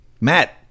Matt